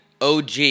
OG